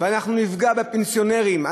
אנחנו נפגע בפנסיונרים,